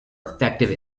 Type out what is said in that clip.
effective